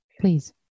Please